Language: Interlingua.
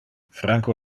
franco